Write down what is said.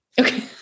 okay